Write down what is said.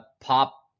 pop